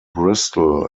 bristol